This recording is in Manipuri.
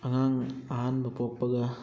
ꯑꯉꯥꯡ ꯑꯍꯥꯟꯕ ꯄꯣꯛꯄꯒ